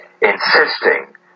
insisting